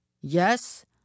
Yes